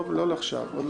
לא לעכשיו.